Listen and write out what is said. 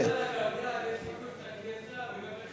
אלא שבמקום להצטרף לתיעוד